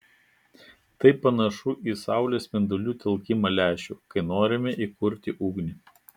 tai panašu į saulės spindulių telkimą lęšiu kai norime įkurti ugnį